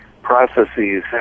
processes